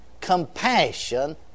compassion